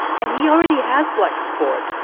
and he already has black support.